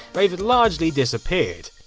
they've largely disappeared.